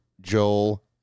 Joel